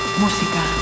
música